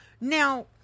Now